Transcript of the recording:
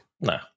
No